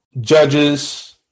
judges